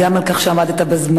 גם על כך שעמדת בזמנים.